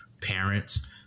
parents